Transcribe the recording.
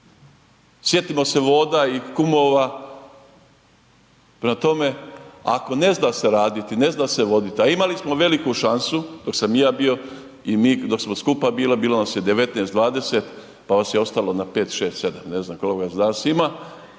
Sjetimo se voda i kumova, prema tome ako ne zna se raditi i ne zna se vodit, a imali smo veliku šansu dok sam i ja bio i mi dok smo skupa bili, bilo nas je 19-20, pa vas je ostalo na 5, 6, 7, ne znam koliko vas danas ima,